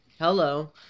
Hello